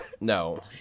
No